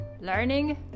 learning